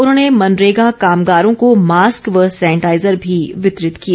उन्होने मनरेगा कामगारों को मास्क व सैनिटाईजर भी वितरित किए